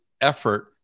effort